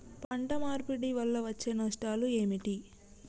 పంట మార్పిడి వల్ల వచ్చే నష్టాలు ఏమిటి?